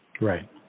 Right